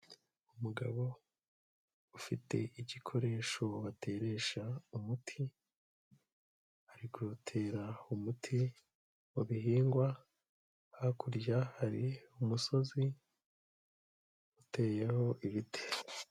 Umugabo ufite igikoresho bateresha umuti, ariko kuwutera umuti mu bihingwa hakurya hari umusozi uteyeho ibiti.